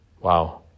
Wow